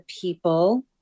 people